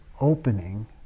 opening